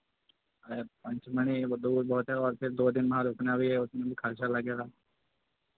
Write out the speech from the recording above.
पंचमड़ी एक वो दूर बहुत हे और फिर दो दिन वहाँ रुकना भी है उसमें भी खर्चा लगेगा